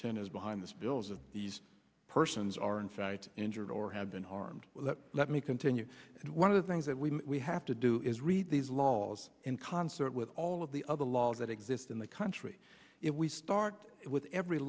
intent is behind this bills of these persons are in sight injured or have been harmed let let me continue and one of the things that we have to do is read these laws in concert with all of the other laws that exist in the country if we start with every